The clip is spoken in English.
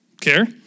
care